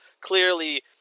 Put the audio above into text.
clearly